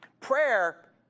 prayer